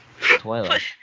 Toilet